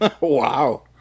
Wow